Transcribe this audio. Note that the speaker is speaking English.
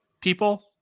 people